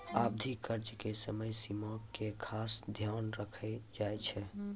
अवधि कर्ज मे समय सीमा के खास ध्यान रखलो जाय छै